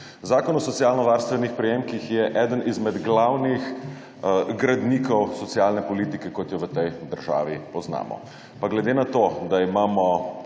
Zakon o socialno varstvenih prejemkih je eden izmed glavnih gradnikov socialne politike, kot jo v tej državi poznamo. Pa glede na to, da imamo